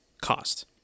cost